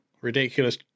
Ridiculous